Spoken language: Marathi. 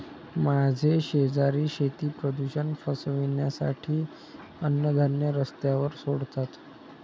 माझे शेजारी शेती प्रदूषण पसरवण्यासाठी अन्नधान्य रस्त्यावर सोडतात